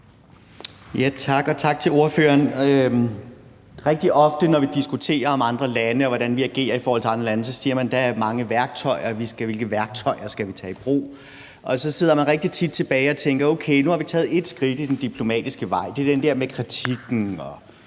tak til ordføreren. Rigtig ofte, når vi diskuterer om andre lande, og hvordan vi agerer i forhold til andre lande, siger man, at der er mange værktøjer, og vi skal vælge, hvilke værktøjer vi skal tage i brug, og så sidder man rigtig tit tilbage og tænker: Okay, nu har vi taget et skridt ad den diplomatiske vej – det er den der med kritikken